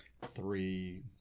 three